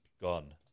gone